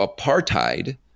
apartheid